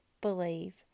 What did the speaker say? believe